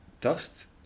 dust